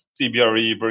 CBRE